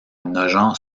nogent